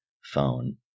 phone